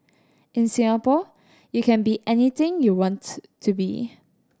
in Singapore you can be anything you wants to be